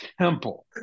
temple